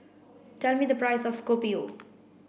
tell me the price of Kopi O